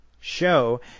show